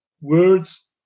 words